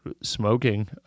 smoking